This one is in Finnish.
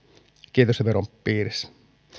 kiinteistöveron piirissä